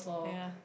ya